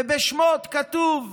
ובשמות כתוב: